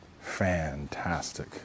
fantastic